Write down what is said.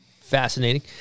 fascinating